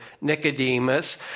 Nicodemus